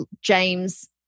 James